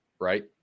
right